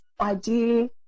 idea